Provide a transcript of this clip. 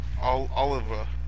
Oliver